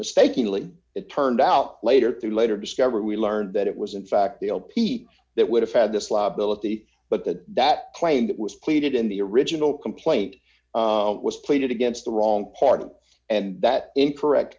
mistakingly it turned out later through later discover we learned that it was in fact the old pete that would have had this law ability but that that claim that was pleaded in the original complaint was pleaded against the wrong party and that incorrect